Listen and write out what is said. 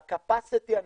בקפסיטי הנוכחי,